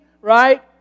right